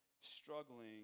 struggling